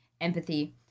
empathy